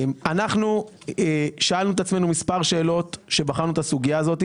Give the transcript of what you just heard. אנחנו שאלנו את עצמנו מספר שאלות עת בחנו את הסוגייה הזאת.